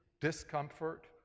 discomfort